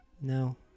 no